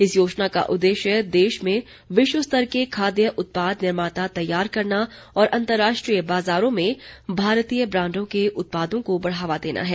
इस योजना का उद्देश्य देश में विश्व स्तर के खाद्य उत्पाद निर्माता तैयार करना और अंतरराष्ट्रीय बाजारों में भारतीय ब्रांडों के उत्पादों को बढ़ावा देना है